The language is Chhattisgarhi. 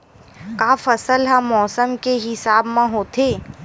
का फसल ह मौसम के हिसाब म होथे?